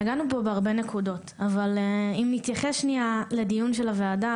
נגענו פה בהרבה נקודות אבל אם נתייחס לדיון של הוועדה,